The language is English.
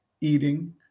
eating